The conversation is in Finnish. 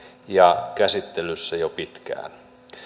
ja ollut käsittelyssä jo pitkään